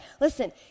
Listen